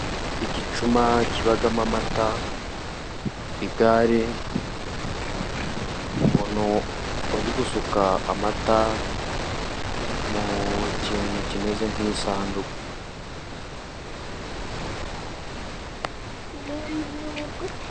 Igicuma kibamo amata, igare, umuntu uri gusuka amata mu kintu kimeze nk'isanduku.